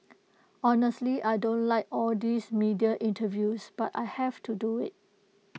honestly I don't like all these media interviews but I have to do IT